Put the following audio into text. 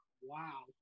Wow